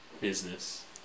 business